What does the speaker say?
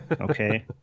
okay